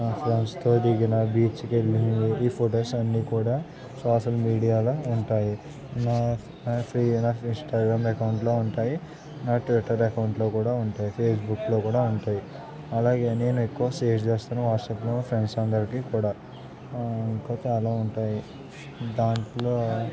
నా ఫ్రెండ్స్తో దిగిన బీచ్కు వెళ్ళిన ఈ ఫొటోస్ అన్నీ కూడా సోషల్ మీడియాలో ఉంటాయి నా ఫ్రీ అయినా ఇంస్టాగ్రామ్ అకౌంట్లో ఉంటాయి నా ట్విట్టర్ అకౌంట్లో కూడా ఉంటాయి ఫేస్బుక్లో కూడా ఉంటాయి అలాగే నేను ఎక్కువ షేర్ చేస్తాను వాట్సాప్లో ఫ్రెండ్స్ అందరికీ కూడా ఇంకా చాలా ఉంటాయి దాంట్లో